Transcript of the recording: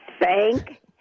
Thank